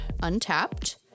untapped